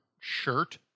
shirt